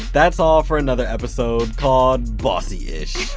that's all for another episode called bossy ish.